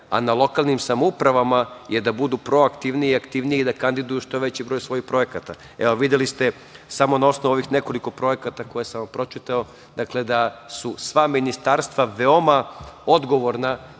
a na lokalnim samoupravama je da bude proaktivnije i aktivnije i da kandiduju što veći broj svojih projekata. Evo, videli ste, samo na osnovu ovih nekoliko projekata koje sam vam pročitao da su sva ministarstva veoma odgovorna